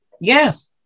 Yes